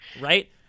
Right